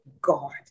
God